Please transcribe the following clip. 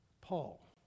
Paul